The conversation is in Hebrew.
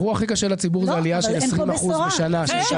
האירוע הכי קשה לציבור הייתה העלייה של ה-20% שהייתה בשנה שעברה.